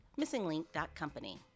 missinglink.company